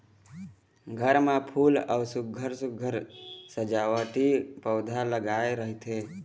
घर म फूल अउ सुग्घर सुघ्घर सजावटी पउधा लगाए रहिथे